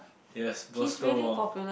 yes Bosco-Wong